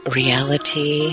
reality